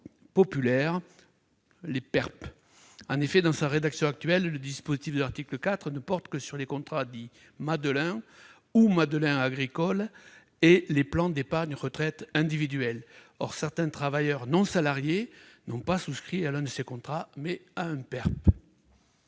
populaire (PERP). En effet, dans sa rédaction actuelle, le dispositif de l'article 4 ne porte que sur les contrats dits « Madelin » ou « Madelin agricoles » et les plans d'épargne retraite individuels. Or, certains travailleurs non salariés ont souscrit non pas un de ces contrats, mais un PERP.